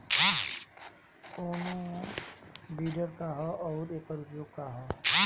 कोनो विडर का ह अउर एकर उपयोग का ह?